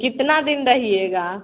कितना दिन रहिएगा